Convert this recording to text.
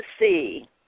see